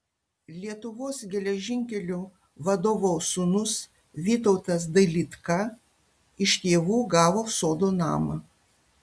lietuvos geležinkelių vadovo sūnus vytautas dailydka iš tėvų gavo sodo namą